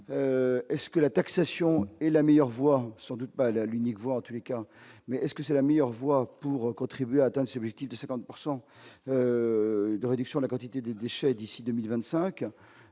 est-ce que la taxation et la meilleure voie son doute pas là l'unique voie en tous les cas, mais est-ce que c'est la meilleure voie pour contribuer à Athènes subjectif de 50 pourcent de réduction de la quantité des déchets d'ici 2025